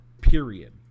period